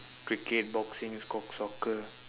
cricket boxing soccer